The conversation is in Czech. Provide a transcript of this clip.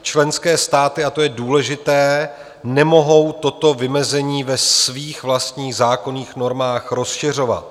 Členské státy, a to je důležité, nemohou toto vymezení ve svých vlastních zákonných normách rozšiřovat.